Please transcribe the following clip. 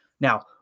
Now